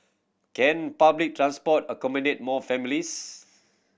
can public transport accommodate more families